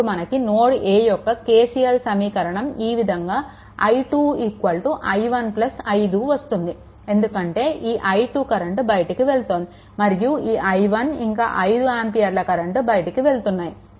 అప్పుడు మనకు node a యొక్క KCL సమీకరణం ఈ విధంగా i2 i1 5 వస్తుంది ఎందుకంటే ఈ i2 కరెంట్ బయటికి వెళ్తోంది మరియు ఈ i1 ఇంకా 5 ఆంపియర్ల కరెంట్ బయటికి వెళ్తున్నాయి